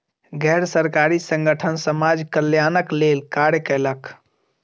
गैर सरकारी संगठन समाज कल्याणक लेल कार्य कयलक